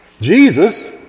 Jesus